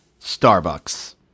Starbucks